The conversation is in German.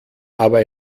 aber